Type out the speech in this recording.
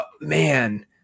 man